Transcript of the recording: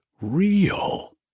real